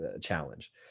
challenge